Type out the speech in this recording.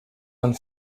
aan